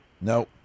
No